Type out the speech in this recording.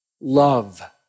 love